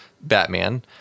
Batman